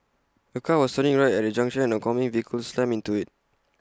A car was turning right at A junction and an oncoming vehicle slammed into IT